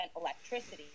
electricity